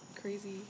crazy